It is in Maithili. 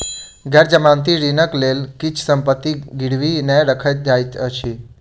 गैर जमानती ऋणक लेल किछ संपत्ति गिरवी नै राखल जाइत अछि